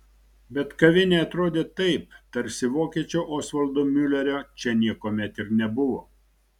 bet kavinė atrodė taip tarsi vokiečio osvaldo miulerio čia niekuomet ir nebuvo